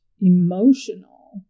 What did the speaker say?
emotional